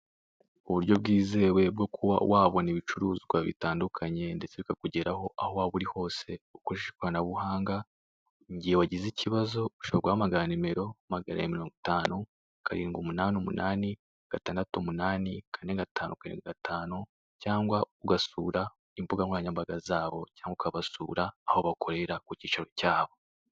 Uburyo bwizewe bwo kuba wabona ibicuruzwa bitandukanye ndetse bikakugeraho aho waba uri hose, ukoresheje ikoranabuhanga. Mu gihe wagize ikibazo ushobora guhamagara nimero magana abiri na mirongo itanu, karindwi umunani umunani, gatandatu umunani, kane gatanu karindwi gatanu, cyangwa ugasura imbuga nkoranyambaga zabo cyangwa ukabasura aho bakorera ku cyicaro cyabo.